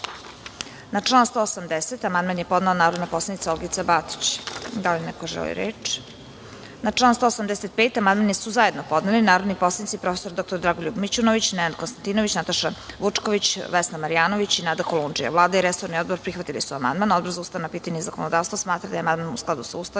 član 180. amandman je podnela narodna poslanica Olgica Batić. Da li neko želi reč? (Ne.)Na član 185. amandman su zajedno podneli narodni poslanici prof. dr Dragoljub Mićunović, Nenad Konstantinović, Nataša Vučković, Vesna Marjanović i Nada Kolundžija. Vlada i resorni odbor prihvatili su amandman. Odbor za ustavna pitanja i zakonodavstvo smatra da je amandman u skladu sa Ustavom